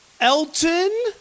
elton